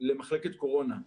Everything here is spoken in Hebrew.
למחלקת קורונה.